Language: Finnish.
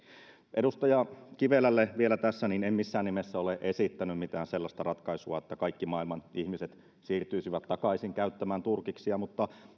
edustaja kivelälle vielä tässä en missään nimessä ole esittänyt mitään sellaista ratkaisua että kaikki maailman ihmiset siirtyisivät takaisin käyttämään turkiksia mutta